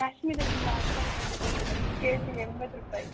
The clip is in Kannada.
ಕಾಶ್ಮೀರದಿಂದ ಆ್ಯಪಲ್ ಬಂದಿದೆ ಮೇಡಮ್ ಕೆಜಿ ಎಂಬತ್ತು ರೂಪಾಯಿ